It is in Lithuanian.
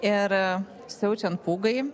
ir siaučiant pūgai